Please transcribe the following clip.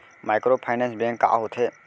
Microfinance bank का होथे?